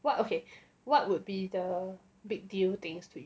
what okay what would be the big deal things to you